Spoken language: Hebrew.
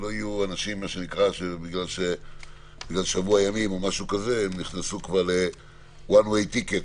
שלא יהיו אנשים שבגלל שבוע ימים נכנסו כבר ל-One way ticket,